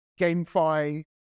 GameFi